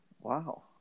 Wow